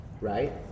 Right